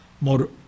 more